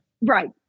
Right